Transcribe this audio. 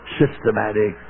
systematic